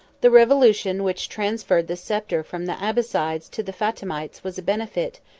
the revolution which transferred the sceptre from the abbassides to the fatimites was a benefit,